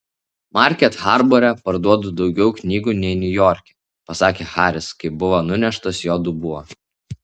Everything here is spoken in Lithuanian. market harbore parduodu daugiau knygų nei niujorke pasakė haris kai buvo nuneštas jo dubuo